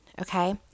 okay